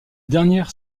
dernières